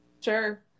Sure